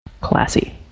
Classy